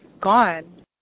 gone